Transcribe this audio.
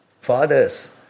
fathers